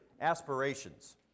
aspirations